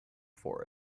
for